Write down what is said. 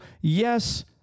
yes